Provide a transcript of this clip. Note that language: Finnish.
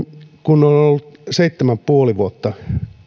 kun olen ollut seitsemän ja puoli vuotta